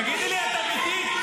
תגידי לי, את אמיתית?